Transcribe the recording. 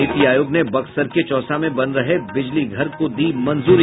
नीति आयोग ने बक्सर के चौसा में बन रहे बिजलीघर को दी मंजूरी